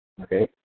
okay